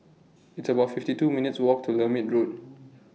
It's about fifty two minutes' Walk to Lermit Road